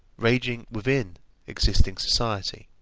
raging within existing society,